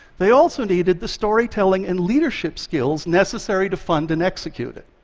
they also needed the storytelling and leadership skills necessary to fund and execute it,